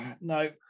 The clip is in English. no